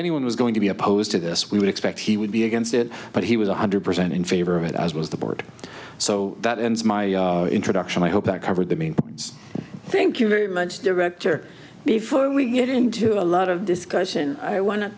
anyone was going to be opposed to this we would expect he would be against it but he was one hundred percent in favor of it as was the board so that in my introduction i hope it covered the main points thank you very much director before we get into a lot of discussion i want to